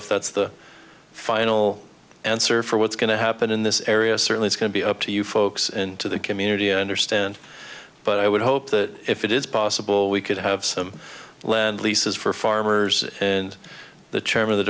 if that's the final answer for what's going to happen in this area certainly is going to be up to you folks into the community understand but i would hope that if it is possible we could have some land leases for farmers and the